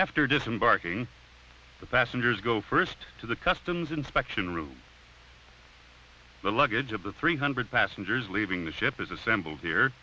after disembarking the passengers go first to the customs inspection room the luggage of the three hundred passengers leaving the ship is assembled here